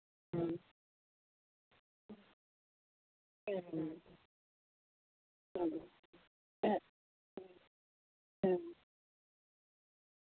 ᱦᱩᱸ ᱦᱩᱸ ᱦᱩᱸ ᱦᱩᱸ ᱦᱩᱸ